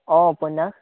অঁ উপন্যাস